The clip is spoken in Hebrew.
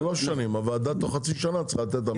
שלוש שנים, הועדה תוך חצי שנה צריכה לתת המלצות?